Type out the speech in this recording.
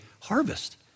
harvest